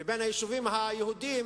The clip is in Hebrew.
ליישובים היהודיים